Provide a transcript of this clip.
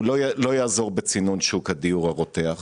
ההצעה לא תעזור בצינון שוק הדיור הרותח.